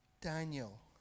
Daniel